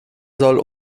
soll